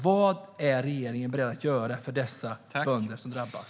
Vad är regeringen beredd att göra för dessa bönder som drabbas?